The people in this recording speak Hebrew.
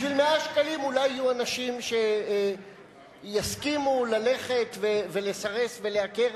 בשביל 100 שקלים יהיו אנשים שיסכימו ללכת ולסרס ולעקר,